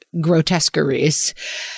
grotesqueries